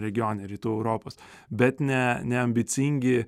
regione rytų europos bet ne neambicingi